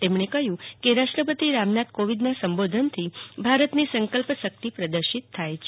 તેમણે કહ્યું કે રાષ્ટ્રપતિ રામનાથ કોવિંદના સંબોધનથી ભારતની સંકલ્પ શક્તિ પ્રદર્શિત થાય છે